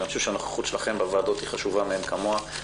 אני חושב שהנוכחות שלכן בוועדות היא חשובה מאין כמוה,